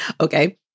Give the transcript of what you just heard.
okay